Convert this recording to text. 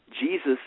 Jesus